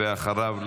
ואחריו,